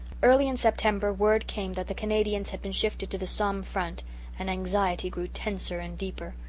early in september word came that the canadians had been shifted to the somme front and anxiety grew tenser and deeper.